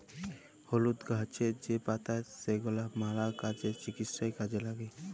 হলুদ গাহাচের যে পাতা সেগলা ম্যালা কাজে, চিকিৎসায় কাজে ল্যাগে